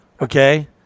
okay